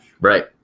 right